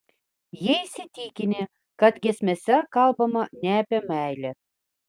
jie įsitikinę kad giesmėse kalbama ne apie meilę